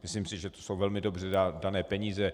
Myslím si, že to jsou velmi dobře dané peníze.